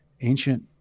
ancient